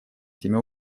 этими